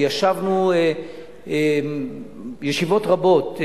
וישבנו ישיבות רבות,